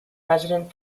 resident